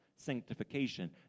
sanctification